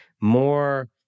more